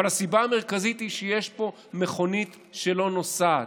אבל הסיבה המרכזית היא שיש פה מכונית שלא נוסעת.